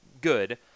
good